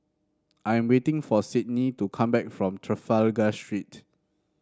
I am waiting for Sydnee to come back from Trafalgar Street